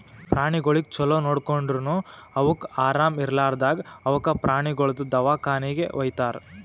ಪ್ರಾಣಿಗೊಳಿಗ್ ಛಲೋ ನೋಡ್ಕೊಂಡುರನು ಅವುಕ್ ಆರಾಮ ಇರ್ಲಾರ್ದಾಗ್ ಅವುಕ ಪ್ರಾಣಿಗೊಳ್ದು ದವಾಖಾನಿಗಿ ವೈತಾರ್